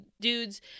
dudes